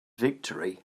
victory